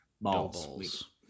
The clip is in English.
Balls